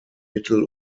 mittel